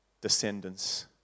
descendants